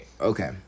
okay